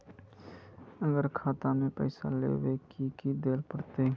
अगर खाता में पैसा लेबे ते की की देल पड़ते?